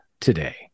today